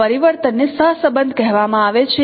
આ પરિવર્તનને સહ સંબંધ કહેવામાં આવે છે